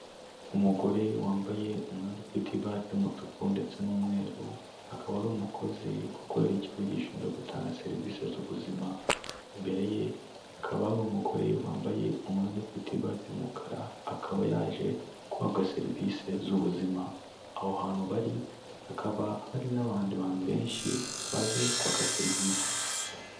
Umugore wambaye umwenda ufite ibara ry'umutuku ndetse n'umweru akaba ari umukozi ukorera ikigo gishinzwe gutanga serivisi z'ubuzima. Imbere ye akaba ari umugore wambaye umwenda ufite ibara ry'umukara akaba yaje guhabwa serivisi z'ubuzima aho hantu bari hakaba hari n'abandi bantu benshi baje kwaka serivisi.